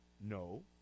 No